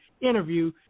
interview